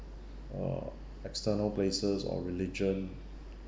uh external bases or religion